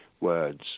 Words